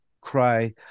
cry